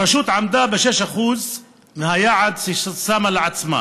הרשות עמדה ב-6% מהיעד ששמה לעצמה